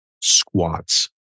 Squats